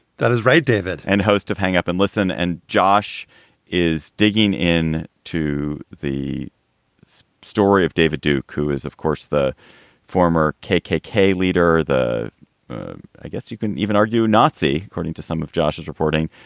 that is right, david. and host of hang up and listen. and josh is digging in to the story of david duke, who is, of course, the former kkk leader. the i guess you couldn't even argue nazi, according to some of josh's reporting,